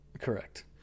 Correct